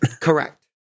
Correct